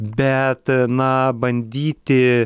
bet na bandyti